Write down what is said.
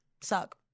suck